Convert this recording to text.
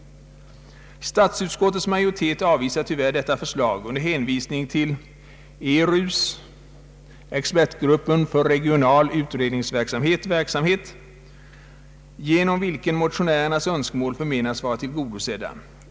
Statsutskottets majoritet avvisar tyvärr detta förslag under hänvisning till ERU:s — expertgruppen för regional utredningsverksamhet — arbete, genom vilket motionärernas önskemål förmenas vara tillgodosedda.